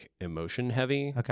emotion-heavy